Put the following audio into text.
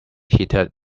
heated